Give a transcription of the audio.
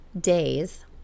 days